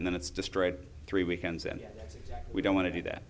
and then it's destroyed three weekends and we don't want to do that